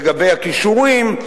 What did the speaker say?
לגבי הכישורים,